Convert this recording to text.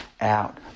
out